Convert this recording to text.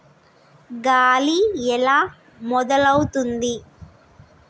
గాలి ఎలా మొదలవుతుంది?